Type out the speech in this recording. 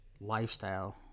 lifestyle